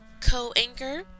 co-anchor